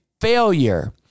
failure